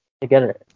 together